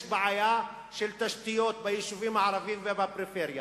יש בעיה של תשתיות ביישובים הערביים ובפריפריה,